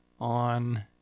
on